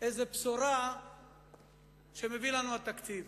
איזו בשורה מביא לנו התקציב.